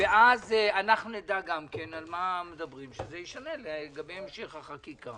נדע על מה מדברים וזה ישנה לגבי המשך החקיקה.